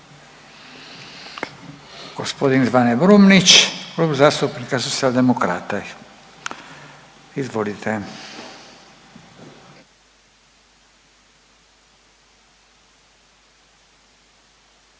Gospodin Zvane Brumnić, Klub zastupnika Socijaldemokrati, izvolite.